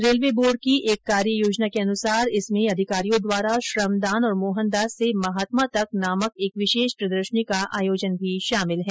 railway board की एक कार्य योजना के अनुसार इसमें अधिकारियों द्वारा श्रमदान और मोहन दास से महात्मा तक नामक एक विशेष प्रदर्शनी का आयोजन भी शामिल है